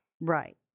right